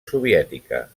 soviètica